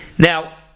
Now